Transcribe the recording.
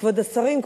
כבוד השרים,